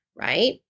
right